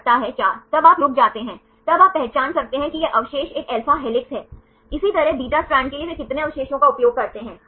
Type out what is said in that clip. myoglobin आप जानते हैं कि यह सभी अल्फा प्रोटीन मुख्य रूप से अल्फा हेलिसेस हैं